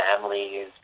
families